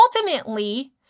ultimately